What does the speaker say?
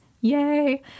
Yay